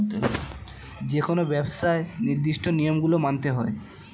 যেকোনো ব্যবসায় নির্দিষ্ট নিয়ম গুলো মানতে হয়